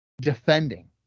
defending